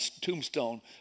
tombstone